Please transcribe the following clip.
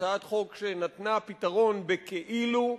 הצעת חוק שנתנה פתרון בכאילו,